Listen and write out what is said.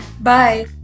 Bye